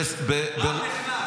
דודי, רם נכנס, אם יש לך מה לומר.